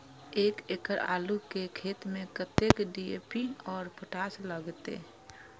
एक एकड़ आलू के खेत में कतेक डी.ए.पी और पोटाश लागते?